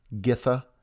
Githa